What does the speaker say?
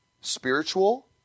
spiritual